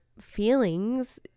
feelings